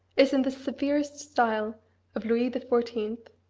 is in the severest style of louis the fourteenth.